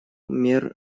мер